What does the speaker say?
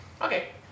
Okay